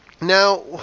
now